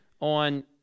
on